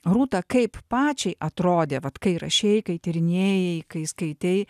rūta kaip pačiai atrodė vat kai rašei kai tyrinėjai kai skaitei